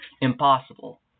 impossible